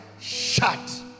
shut